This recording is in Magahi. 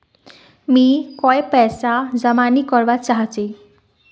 मी कोय पैसा जमा नि करवा चाहची